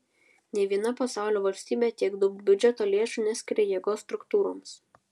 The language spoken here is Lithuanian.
nė viena pasaulio valstybė tiek daug biudžeto lėšų neskiria jėgos struktūroms